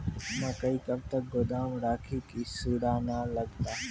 मकई कब तक गोदाम राखि की सूड़ा न लगता?